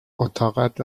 اتاقت